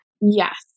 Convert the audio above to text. Yes